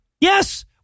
yes